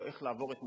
לא איך לעבור את מחר,